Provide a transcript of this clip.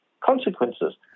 consequences